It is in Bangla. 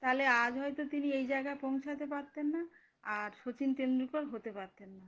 তাহলে আজ হয়তো তিনি এই জায়গায় পৌঁছাতে পারতেন না আর শচীন তেন্ডুলকর হতে পারতেন না